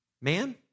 Man